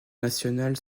nationale